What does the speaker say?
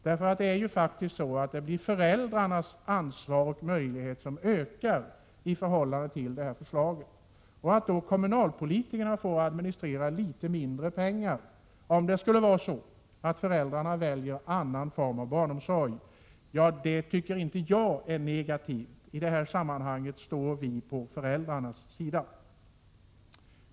Det är ju föräldrarnas ansvar och möjligheter som ökar. Att kommunalpolitikerna då får hand om litet mindre pengar att administrera, om föräldrarna väljer en annan form av barnomsorg än den kommunala, tycker jag inte är något negativt. I detta sammanhang står vi på föräldrarnas sida.